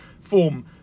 form